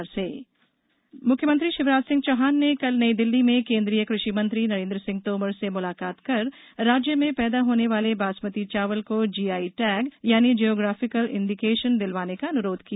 बासमती चावल यूरिया मुख्यमंत्री शिवराज सिंह चौहान ने कल नई दिल्ली में केंद्रीय कृषि मंत्री नरेंद्र सिंह तोमर से मुलाकात कर राज्य में पैदा होने वाले बासमती चावल को जीआई टैग यानी ज्योग्राफिकल इंडिकेशन दिलवाने का अनुरोध किया